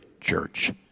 church